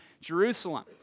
Jerusalem